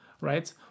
right